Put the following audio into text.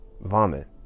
vomit